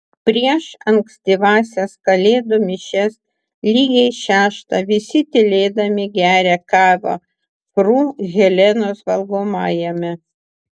prieš ankstyvąsias kalėdų mišias lygiai šeštą visi tylėdami geria kavą fru helenos valgomajame